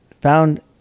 found